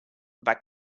but